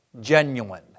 genuine